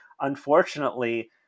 Unfortunately